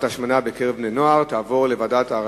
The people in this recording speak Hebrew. ההשמנה בקרב בני נוער תעבור לוועדת העבודה,